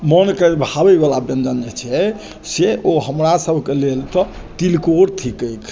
मन केँ भावे वाला व्यञ्जन छै से ओ हमरा सभकेँ लेल तऽ एहन अनोखा व्यंजन तिलकोर थिकैक